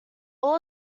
all